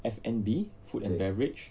F&B food and beverage